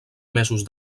mesos